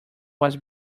was